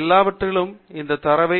எவ்வாறாயினும் இந்தத் தரவை